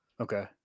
Okay